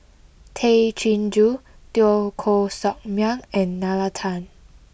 Tay Chin Joo Teo Koh Sock Miang and Nalla Tan